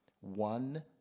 One